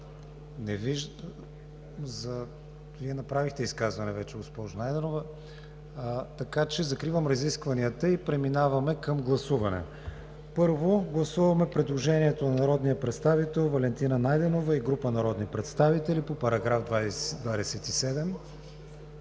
думата.) Вие направихте вече изказване, госпожо Найденова. Закривам разискванията. Преминаваме към гласуване. Първо гласуваме предложението на народния представител Валентина Найденова и група народни представители по § 27.